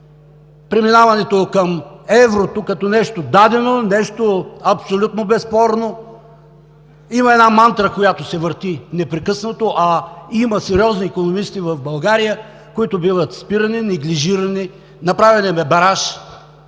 преминаването към еврото като нещо дадено, нещо абсолютно безспорно. Има една мантра, която се върти непрекъснато. В България има сериозни икономисти, които биват спирани, неглижирани, направен им е бараж